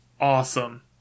awesome